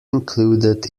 included